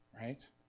right